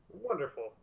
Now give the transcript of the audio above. Wonderful